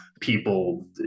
people